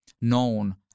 known